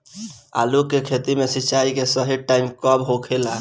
आलू के खेती मे सिंचाई के सही टाइम कब होखे ला?